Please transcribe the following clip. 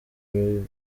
ibibero